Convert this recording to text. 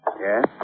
Yes